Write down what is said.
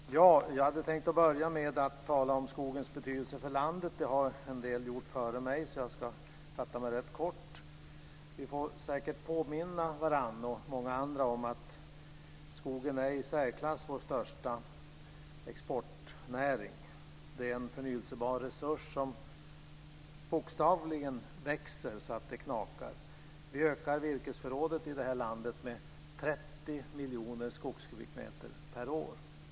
Herr talman! Jag hade tänkt börja med att tala om skogens betydelse för landet. Det har en del gjort före mig, så jag ska fatta mig rätt kort. Vi kan säkert påminna varandra och många andra om att skogen är vår i särklass största exportnäring. Det är en förnyelsebar resurs som bokstavligen växer så det knakar. Vi ökar virkesförrådet i det här landet med 30 miljoner skogskubikmeter per år.